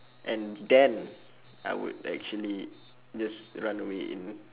and then I would actually just run away in